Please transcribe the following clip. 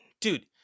Dude